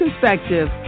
perspective